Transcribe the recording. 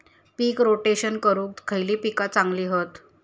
पीक rotation करूक खयली पीका चांगली हत?